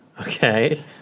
Okay